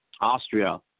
Austria